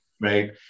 right